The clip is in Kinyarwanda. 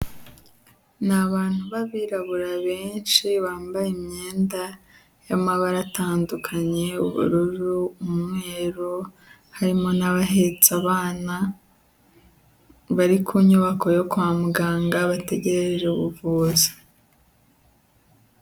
Ni abantu b'abirabura benshi bambaye imyenda y'amabara atandukanye, ubururu, umweru, harimo n'abahetse abana, bari ku nyubako yo kwa muganga bategereje ubuvuzi.